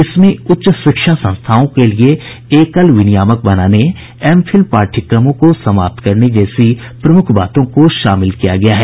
इसमें उच्च शिक्षा संस्थाओं के लिए एकल विनियामक बनाने एम फिल पाठ्यक्रमों को समाप्त करने जैसी प्रमुख बातों को शामिल किया गया है